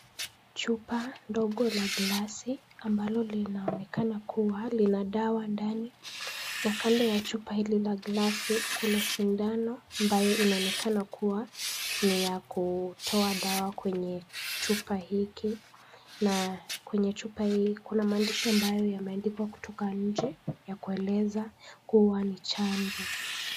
Chupa ndogo la glasi ambalo linaonekana kuwa lina dawa ndani na kando ya chupa hili la glasi, kuna sindano ambayo inaonekana kuwa ni ya kutoa dawa kwenye chupa hiki na kwenye chupa hii, Kuna maandishi ambayo yameandikwa kutoka nje ya kueleza kuwa ni chanjo.